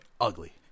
ugly